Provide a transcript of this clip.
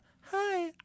Hi